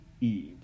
Eve